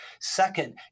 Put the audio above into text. Second